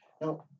Now